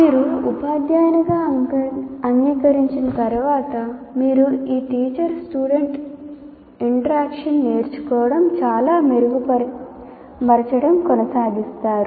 మీరు ఉపాధ్యాయునిగా అంగీకరించిన తర్వాత మీరు ఈ teacher student interaction నేర్చుకోవడం లేదా మెరుగుపరచడం కొనసాగిస్తారు